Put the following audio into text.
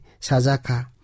sazaka